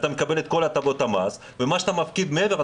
אתה מקבל את כל הטבות המס ומה שאתה מפקיד מעבר,